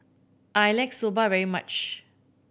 I like Soba very much